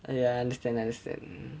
ya I understand I understand